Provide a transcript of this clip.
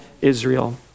Israel